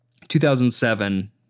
2007